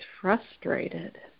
frustrated